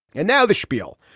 and now the schpiel,